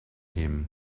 him